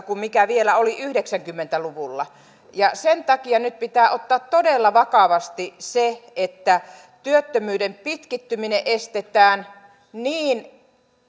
kuin mikä vielä oli yhdeksänkymmentä luvulla sen takia nyt pitää ottaa todella vakavasti se että työttömyyden pitkittyminen estetään niin